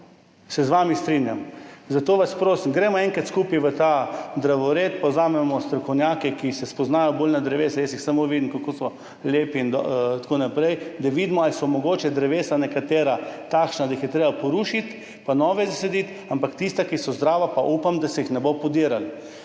se z vami! Zato vas prosim, da gremo enkrat skupaj v ta drevored in vzemimo strokovnjake, ki se bolj spoznajo na drevesa, jaz jih samo vidim, kako so lepa in tako naprej, da vidimo, ali so mogoče nekatera drevesa takšna, da jih je treba porušiti in zasaditi nova, ampak tista, ki so zdrava, pa upam, da se jih ne bo podiralo.